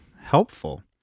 helpful